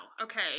Okay